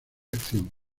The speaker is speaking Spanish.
acción